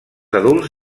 adults